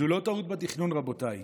זאת לא טעות בתכנון, רבותיי.